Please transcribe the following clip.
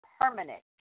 permanent